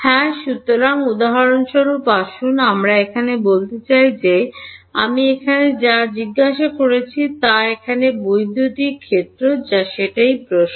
হ্যাঁ সুতরাং উদাহরণস্বরূপ আসুন আমরা এখানে বলতে চাই যে আমি এখানে যা জিজ্ঞাসা করছি তা এখানে বৈদ্যুতিক ক্ষেত্র যা সেটাই প্রশ্ন